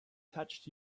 touched